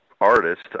artist